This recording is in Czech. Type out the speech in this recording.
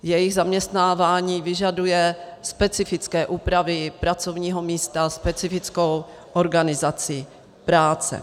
Jejich zaměstnávání vyžaduje specifické úpravy pracovního místa, specifickou organizaci práce.